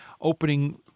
opening